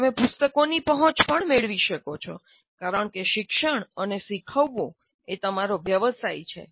તમે પુસ્તકોની પહોંચ પણ મેળવી શકો છો કારણકે શિક્ષણ અને શીખવવું એ તમારો વ્યવસાય છે